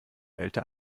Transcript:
wählte